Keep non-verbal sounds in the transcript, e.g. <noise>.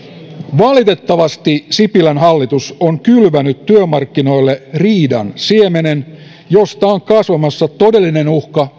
valitettavasti sipilän hallitus on kylvänyt työmarkkinoille riidan siemenen josta on kasvamasta todellinen uhka <unintelligible>